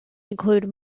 include